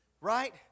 Right